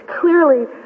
clearly